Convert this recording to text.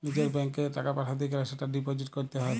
লিজের ব্যাঙ্কত এ টাকা পাঠাতে গ্যালে সেটা ডিপোজিট ক্যরত হ্য়